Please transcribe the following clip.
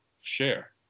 share